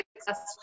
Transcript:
successful